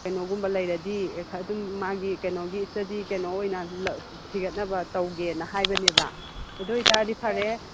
ꯀꯩꯅꯣꯒꯨꯝꯕ ꯂꯩꯔꯗꯤ ꯑꯗꯨꯝ ꯃꯥꯒꯤ ꯀꯩꯅꯣꯒꯤ ꯏꯁꯇꯗꯤ ꯀꯩꯅꯣ ꯑꯣꯏꯅ ꯊꯤꯒꯠꯅꯕ ꯇꯧꯒꯦꯅ ꯍꯥꯏꯕꯅꯦꯕ ꯑꯗꯨ ꯑꯣꯏꯇꯥꯔꯗꯤ ꯐꯔꯦ